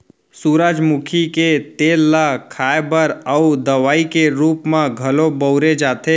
सूरजमुखी के तेल ल खाए बर अउ दवइ के रूप म घलौ बउरे जाथे